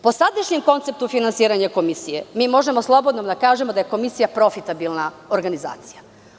Po sadašnjem konceptu finansiranja komisije možemo slobodno da kažemo da je komisija profitabilna organizacija.